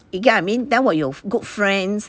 you get what I mean then 我有 good friends